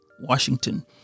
Washington